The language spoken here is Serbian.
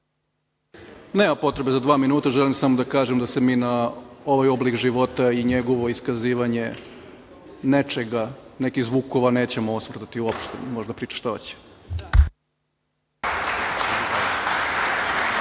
Nema potrebe za dva minuta želim samo da kažemo da sam i na ovaj oblik života i njegovo iskazivanje nečega, nekih zvukova, nećemo osvrtati uopšte, može da priča šta hoće.